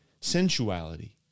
sensuality